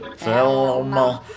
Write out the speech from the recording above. film